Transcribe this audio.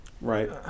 Right